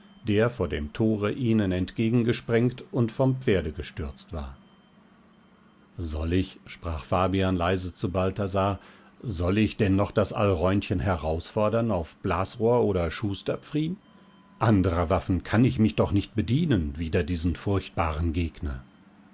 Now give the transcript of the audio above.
der vor dem tore ihnen entgegengesprengt und vom pferde gestürzt war soll ich sprach fabian leise zu balthasar soll ich denn noch das alräunchen herausfordern auf blasrohr oder schusterpfriem anderer waffen kann ich mich doch nicht bedienen wider diesen furchtbaren gegner